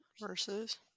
Versus